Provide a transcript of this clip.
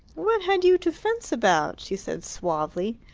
what had you to fence about? she said suavely.